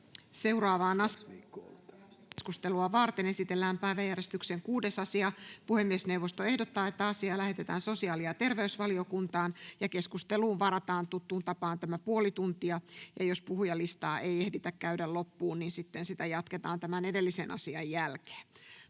Content: Lähetekeskustelua varten esitellään päiväjärjestyksen 6. asia. Puhemiesneuvosto ehdottaa, että asia lähetetään sosiaali- ja terveysvaliokuntaan. Keskusteluun varataan tuttuun tapaan puoli tuntia. Jos puhujalistaa ei ehditä käydä loppuun, niin sitten sitä jatketaan tämän edellisen asian jälkeen.